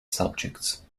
subjects